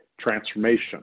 Transformation